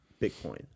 Bitcoin